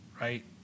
right